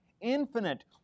infinite